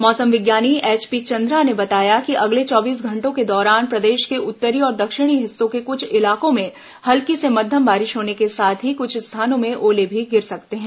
मौसम विज्ञानी एचपी चंद्रा ने बताया कि अगले चौबीस घंटों के दौरान प्रदेश के उत्तरी और दक्षिणी हिस्सों के कुछ इलाकों में हल्की से मध्यम बारिश होने के साथ ही कुछ स्थानों में ओले भी गिर सकते हैं